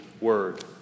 word